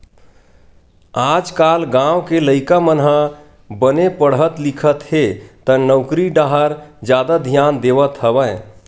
आजकाल गाँव के लइका मन ह बने पड़हत लिखत हे त नउकरी डाहर जादा धियान देवत हवय